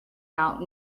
out